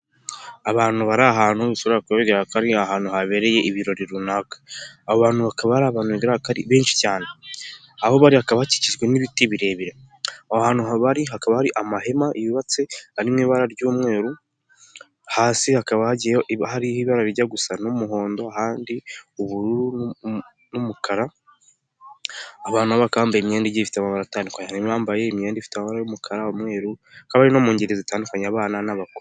Abantu bari ahantu bishobora kuba ari ahantu habereye ibirori runaka, abantu bakaba ari abantu ari benshi cyane, aho bari bakaba bakijwe n'ibiti birebire, aho hantu bari hakaba ari amahema yubatse arimo ibara ry'umweru hasi hakaba hagiyeho ibara rijya gusa n'umuhondo kandi ubururu n'umukara abantu, bakaba bambaye imyenda ifite amaba bara atandukanye bambaye imyenda ifite y'umukara n'umweru kandi no mu ngeri zitandukanye abana n'abakuru.